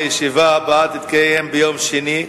הישיבה הבאה תתקיים ביום שני,